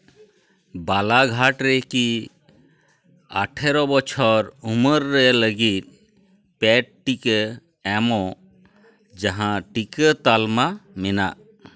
ᱵᱟᱞᱟᱜᱷᱟᱴ ᱨᱮᱠᱤ ᱟᱴᱷᱟᱨᱳ ᱵᱚᱪᱷᱚᱨ ᱩᱢᱮᱨ ᱨᱮ ᱞᱟᱹᱜᱤᱫ ᱯᱮᱰ ᱴᱤᱠᱟᱹ ᱮᱢᱚᱜ ᱡᱟᱦᱟᱸ ᱡᱟᱦᱟᱸ ᱴᱤᱠᱟᱹ ᱛᱟᱞᱢᱟ ᱢᱮᱱᱟᱜ